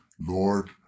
Lord